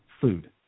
food